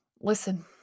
listen